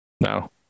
no